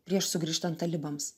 prieš sugrįžtant talibams